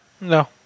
No